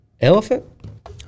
elephant